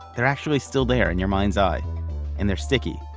they're actually still there in your mind's eye and they're sticky.